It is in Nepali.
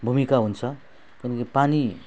भूमिका हुन्छ किन कि पानी